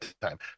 time